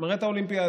מראה את האולימפיאדה.